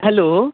hello